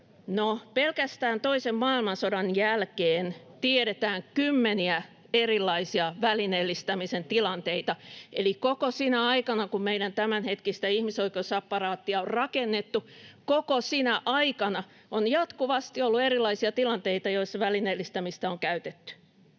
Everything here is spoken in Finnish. No, pelkästään toisen maailmansodan jälkeen tiedetään kymmeniä erilaisia välineellistämisen tilanteita, eli koko sinä aikana, kun meidän tämänhetkistä ihmisoikeusapparaattiamme on rakennettu, on jatkuvasti ollut erilaisia tilanteita, joissa välineellistämistä on käytetty.